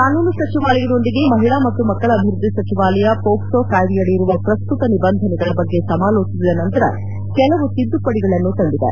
ಕಾನೂನು ಸಚಿವಾಲಯದೊಂದಿಗೆ ಮಹಿಳಾ ಮತ್ತು ಮಕ್ಕಳ ಅಭಿವೃದ್ದಿ ಸಚವಾಲಯ ಪೋಕ್ಸೋ ಕಾಯಿದೆಯಡಿ ಇರುವ ಪ್ರಸ್ತುತ ನಿಬಂಧನೆಗಳ ಬಗ್ಗೆ ಸಮಾಲೋಚಿಸಿದ ನಂತರ ಕೆಲವು ತಿದ್ದುಪಡಿಗಳನ್ನು ತಂದಿದೆ